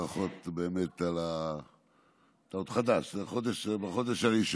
ברכות, אתה עוד חדש, זה החודש הראשון.